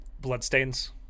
bloodstains